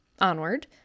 onward